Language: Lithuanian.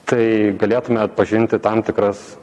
tai galėtume atpažinti tam tikras